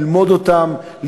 ללמוד אותן,